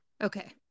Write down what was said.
Okay